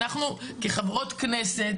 אנחנו כחברות כנסת,